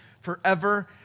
forever